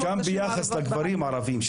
גם ביחס לגברים ערבים,